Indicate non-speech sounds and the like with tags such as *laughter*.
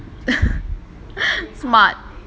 *laughs* smart